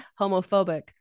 homophobic